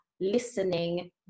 listening